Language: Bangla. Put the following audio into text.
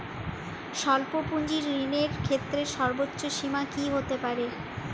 স্বল্প পুঁজির ঋণের ক্ষেত্রে সর্ব্বোচ্চ সীমা কী হতে পারে?